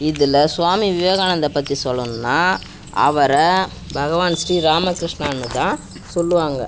இதில் சுவாமி விவேகானந்தா பற்றி சொல்லணுன்னால் அவரை பகவான் ஸ்ரீ ராம கிருஷ்ணான்னு தான் சொல்லுவாங்க